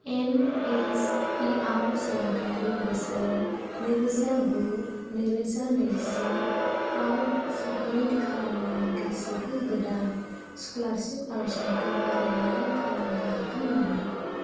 एनएसपियाव सोलोंथाइयारि बोसोर नैरोजा गु नैरोजा नैजिआव साबमिट खालामनाय गासिबो गोदान स्कलारसिप आरजलाइखौ फारिलाइ खालामनो हागोन नामा